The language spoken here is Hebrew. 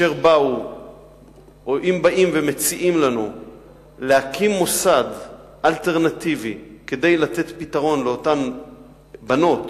אם באים ומציעים לנו להקים מוסד אלטרנטיבי כדי לתת פתרון לאותן בנות